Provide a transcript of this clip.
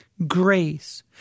grace